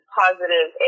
positive